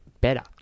better